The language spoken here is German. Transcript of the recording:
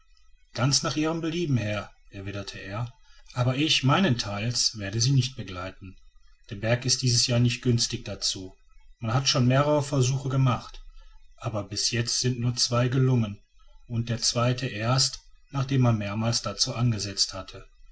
ganz nach ihrem belieben herr erwiderte er aber ich meinestheils werde sie nicht begleiten der berg ist dies jahr nicht günstig dazu man hat schon mehrere versuche gemacht aber bis jetzt sind nur zwei gelungen und der zweite erst nachdem man mehrmals dazu angesetzt hatte